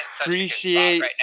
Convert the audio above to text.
appreciate